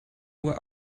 uhr